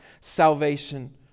salvation